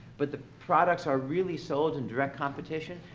but the products are really sold in direct competition,